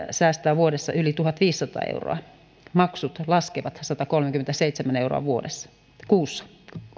säästää vuodessa yli tuhatviisisataa euroa maksut laskevat satakolmekymmentäseitsemän euroa kuussa